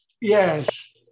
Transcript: Yes